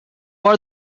are